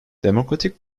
demokratik